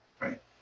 right